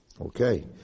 Okay